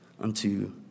unto